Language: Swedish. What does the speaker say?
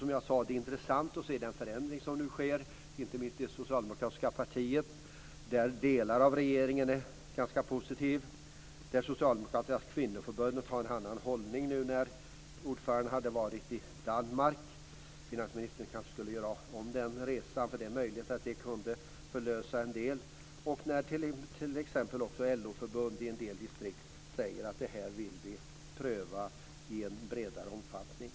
Som jag sade är det intressant att se den förändring som nu sker inte minst i det socialdemokratiska partiet. Delar av regeringen är ganska positiv. Det socialdemokratiska kvinnoförbundet har en annan hållning sedan ordföranden var i Danmark. Finansministern skulle kanske göra om den resan, för det är möjligt att det kunde förlösa en del. LO-förbund i en del distrikt säger också att man vill pröva detta i en bredare omfattning.